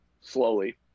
slowly